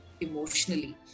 emotionally